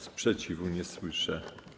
Sprzeciwu nie słyszę.